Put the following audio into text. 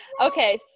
okay